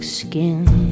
skin